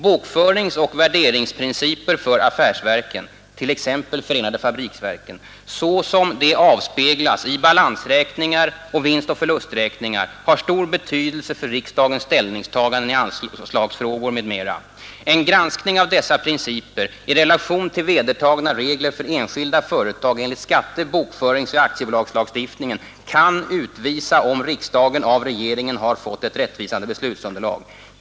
Bokföringsoch värderingsprinciper för affärsverken såsom de avspeglas i balansräkningar och vinstoch förlusträkningar har stor betydelse för riksdagens ställningstaganden i anslagsfrågor m.m. En granskning av dessa principer i relation till vedertagna regler för enskilda företag enligt skatte-, bokföringsoch aktiebolagslagstiftningen kan utvisa om riksdagen av regeringen har fått ett rättvisande beslutsunderlag.